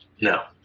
no